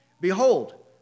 Behold